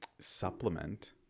supplement